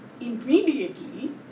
immediately